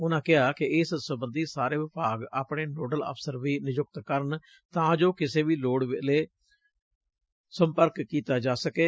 ਉਨੂਾ ਕਿਹੈ ਕਿ ਇਸ ਸਬੰਧੀ ਸਾਰੇ ਵਿਭਾਗ ਆਪਣੇ ਨੋਡਲ ਅਫ਼ਸਰ ਵੀ ਨਿਯੁਕਤ ਕਰਨ ਤਾਂ ਜੋ ਕਿਸੇ ਵੀ ਵੇਲੇ ਲੋੜ ਪੈਣ ਉਤੇ ਸੰਪਰਕ ਕੀਤਾ ਜਾ ਸਕੇ